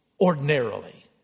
ordinarily